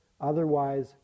Otherwise